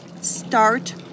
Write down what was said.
start